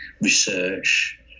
research